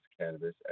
cannabis